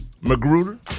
Magruder